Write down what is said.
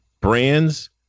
brands